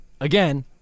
again